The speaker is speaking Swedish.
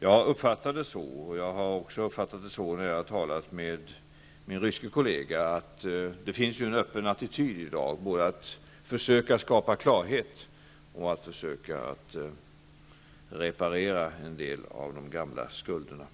Jag uppfattar det på ett sådant sätt, vilket jag också har gjort när jag har talat med min ryske kollega, att det i dag finns en öppen attityd, både att försöka skapa klarhet och att försöka reparera en del av de gamla skulderna.